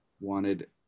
wanted